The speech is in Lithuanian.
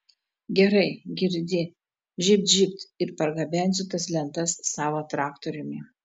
gerai girdi žybt žybt ir pargabensiu tas lentas savo traktoriumi